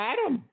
Adam